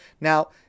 Now